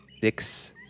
Six